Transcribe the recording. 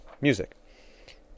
music